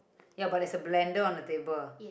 ya but there's a blender on the table